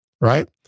right